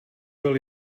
byl